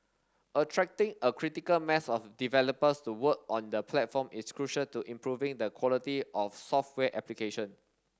attracting a critical mass of developers to work on the platform is crucial to improving the quality of software application